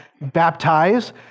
baptize